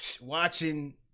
watching